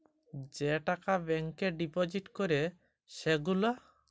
যে টাকা ব্যাংকে ডিপজিট ক্যরে সে গুলা